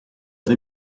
the